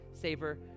Savor